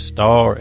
Star